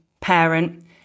parent